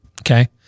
Okay